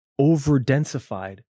overdensified